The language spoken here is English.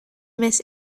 miss